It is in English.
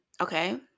Okay